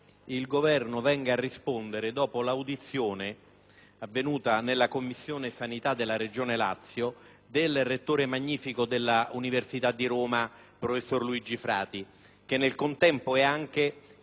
tenutasi in Commissione sanità della Regione Lazio, del rettore magnifico dell'Università di Roma, professor Luigi Frati, contestualmente anche preside della facoltà di medicina.